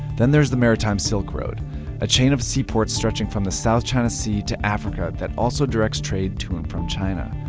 then there's the maritime silk road a chain of seaports stretching from the south china sea to africa that also directs trade to and from china.